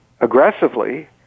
aggressively